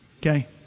okay